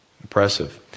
Impressive